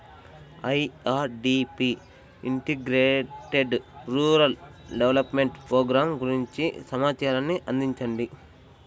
IRDP integrated rural development programme గురించి సమాచారాన్ని అందించండి?